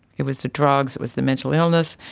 it was the drugs, it was the mental illness.